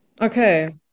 okay